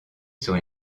sur